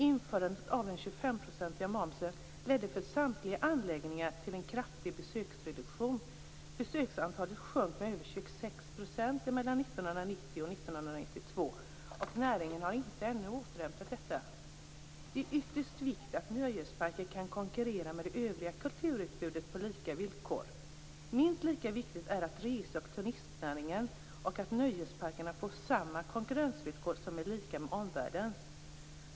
Införandet av den 25 procentiga momsen ledde till en kraftig besöksreduktion för samtliga anläggningar. Besökstalet sjönk med mer än 26 % mellan 1990 och 1992. Näringen har ännu inte återhämtat sig efter detta. Det är av yttersta vikt att nöjesparker kan konkurrera med det övriga kulturutbudet på lika villkor. Minst lika viktigt är att turistnäringen och nöjesparkerna får samma konkurrensvillkor som omvärlden.